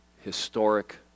historic